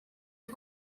had